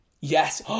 Yes